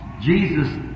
Jesus